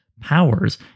powers